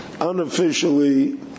unofficially